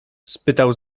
spytał